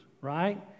right